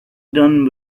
done